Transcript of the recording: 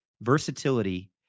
versatility